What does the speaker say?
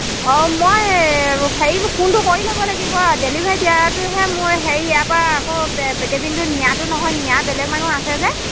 অঁ মই হেৰি ফোনটো কৰি ল'ব লাগিব ডেলিভাৰী দিয়াটোহে মোৰ হেৰি ইয়াৰাপা আকৌ পেকেজিঙটো নিয়াটো নহয় নিয়া বেলেগ মানুহ আছে যে